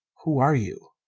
who are you?